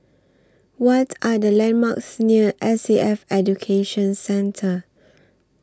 What Are The landmarks near S A F Education Centre